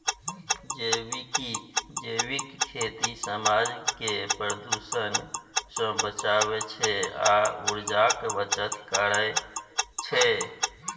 जैबिक खेती समाज केँ प्रदुषण सँ बचाबै छै आ उर्जाक बचत करय छै